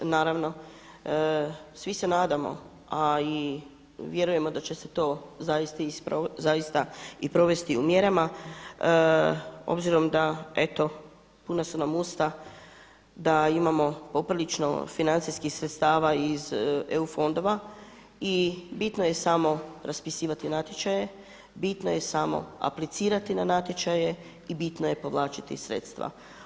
Naravno svi se nadamo, a i vjerujemo da će se zaista i provesti u mjerama, obzirom da eto puna su nam usta da imamo poprilično financijskih sredstava iz eu fondova i bitno je samo raspisivati natječaje, bitno je samo aplicirati na natječaje i bitno je povlačiti sredstva.